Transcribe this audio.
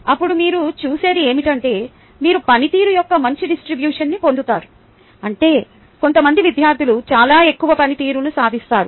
అప్పుడు మీరు చూసేది ఏమిటంటే మీరు పనితీరు యొక్క మంచి డిస్ట్రిబ్యూషన్ని పొందుతారు అంటే కొంతమంది విద్యార్థులు చాలా ఎక్కువ పనితీరును సాధిస్తారు